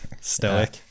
Stoic